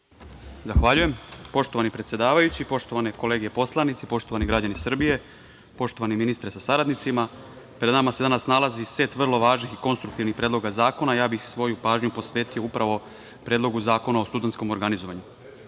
Zahvaljujem. Poštovani predsedavajući, poštovane kolege poslanici, poštovani građani Srbije, poštovani ministre sa saradnicima, pred nama se danas nalazi set vrlo važnih i konstruktivnih predloga zakona. Ja bih svoju pažnju posvetio upravo Predlogu zakona o studentskom organizovanju. Dve